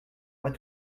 pas